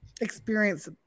experience